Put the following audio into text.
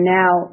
now